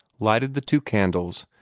lighted the two candles,